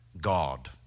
God